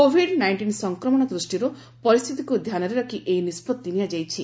Covid nineteen ସଂକ୍ରମଣ ଦୃଷ୍ଟିରୁ ପରିସ୍ଥିତିକୁ ଧ୍ୟାନରେ ରଖି ଏହି ନିଷ୍ପତ୍ତି ନିଆଯାଇଛି